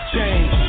Change